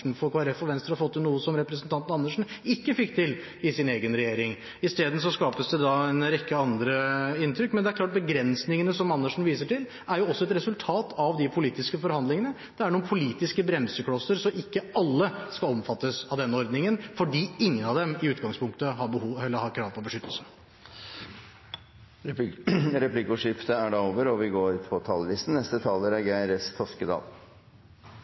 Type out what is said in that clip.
for Kristelig Folkeparti og Venstre har fått til noe som representanten Andersen ikke fikk til i sin egen regjering – isteden skapes det en rekke andre inntrykk. Men det er klart, begrensningene som Andersen viser til, er også et resultat av de politiske forhandlingene. Det er noen politiske bremseklosser, slik at ikke alle skal omfattes av denne ordningen, fordi ingen av dem i utgangspunktet har krav på beskyttelse. Replikkordskiftet er over. De talere som heretter får ordet, har en taletid på